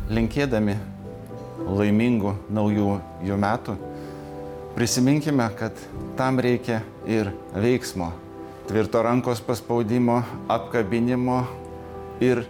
linkėdami laimingų naujų jų metų prisiminkime kad tam reikia ir veiksmo tvirto rankos paspaudimo apkabinimo ir